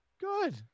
Good